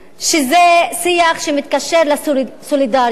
שזה שיח שמתקשר לסולידריות,